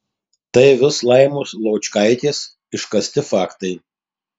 tai vis laimos laučkaitės iškasti faktai